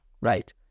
Right